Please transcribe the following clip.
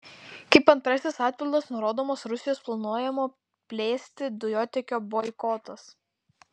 kaip antrasis atpildas nurodomas rusijos planuojamo plėsti dujotiekio boikotas